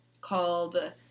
called